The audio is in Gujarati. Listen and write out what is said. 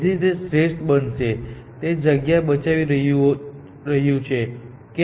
તેથી તે શ્રેષ્ઠ બનશે તે જગ્યા બચાવી રહ્યું છે કેમ